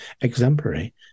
exemplary